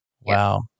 Wow